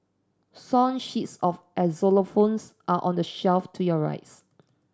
song sheets of xylophones are on the shelf to your rights